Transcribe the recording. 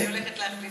אני הולכת להחליף,